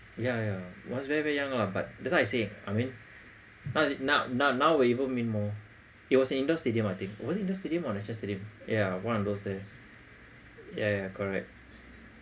yeah yeah I was very very young lah but that's why I say I mean now it is now now will even mean more it was in indoor stadium I think was it indoor stadium or national stadium yeah one of those there yeah yeah correct